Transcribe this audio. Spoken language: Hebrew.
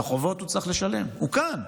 את החובות הוא צריך לשלם, הוא כאן,